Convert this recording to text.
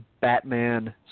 Batman